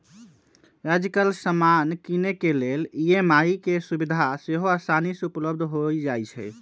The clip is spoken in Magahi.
याजकाल समान किनेके लेल ई.एम.आई के सुभिधा सेहो असानी से उपलब्ध हो जाइ छइ